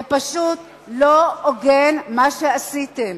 זה פשוט לא הוגן מה שעשיתם.